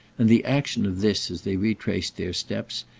and the action of this, as they retraced their steps,